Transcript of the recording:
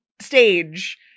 stage